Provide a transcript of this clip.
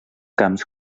camps